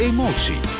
Emotie